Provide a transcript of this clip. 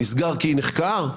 נסגר כי נחקר?